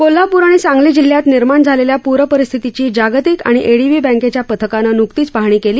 कोल्हापूर आणि सांगली जिल्ह्यात निर्माण झालेल्या पूरपरिस्थितीची जागतिक आणि एडीबी बँकेच्या पथकाने न्कतीच पाहणी केली